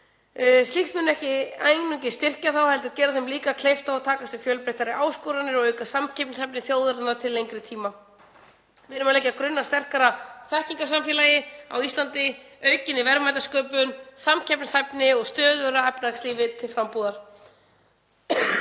Slíkt mun ekki einungis styrkja þá heldur gerir það þeim líka kleift að takast á við fjölbreyttari áskoranir og eykur samkeppnishæfni þjóðarinnar til lengri tíma. Við erum að leggja grunn að sterkara þekkingarsamfélagi á Íslandi, aukinni verðmætasköpun, samkeppnishæfni og stöðugra efnahagslífi til frambúðar.